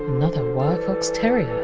another wire fox terrier.